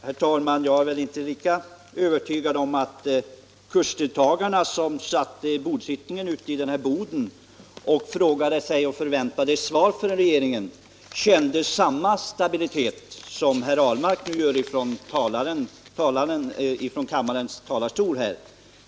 Herr talman! Jag är inte helt övertygad om att kursdeltagarna som satt ute i den där boden och väntade på besked från regeringen kände samma stabilitet som herr Ahlmark nu gör i kammarens talarstol.